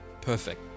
Perfect